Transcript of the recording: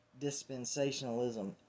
dispensationalism